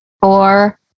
four